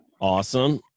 Awesome